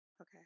okay